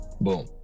boom